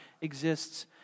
exists